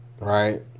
right